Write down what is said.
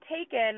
taken